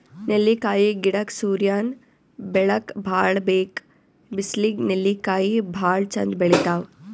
ನೆಲ್ಲಿಕಾಯಿ ಗಿಡಕ್ಕ್ ಸೂರ್ಯನ್ ಬೆಳಕ್ ಭಾಳ್ ಬೇಕ್ ಬಿಸ್ಲಿಗ್ ನೆಲ್ಲಿಕಾಯಿ ಭಾಳ್ ಚಂದ್ ಬೆಳಿತಾವ್